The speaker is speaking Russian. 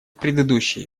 предыдущие